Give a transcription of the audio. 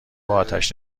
آتش